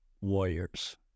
warriors